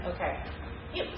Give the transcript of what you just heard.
Okay